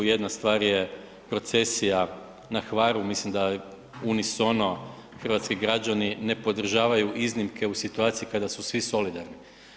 Jedna stvar je procesija na Hvaru, mislim da unis ono hrvatski građani ne podržavaju iznimke u situaciji kada su svi solidarni.